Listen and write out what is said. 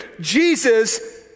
Jesus